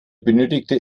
benötigte